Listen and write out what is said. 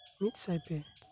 ᱢᱤᱫᱥᱟᱭ ᱯᱮ